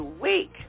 week